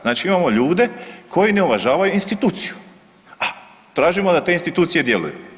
Znači imamo ljude koji ne uvažavaju instituciju, a tražimo da te institucije djeluju.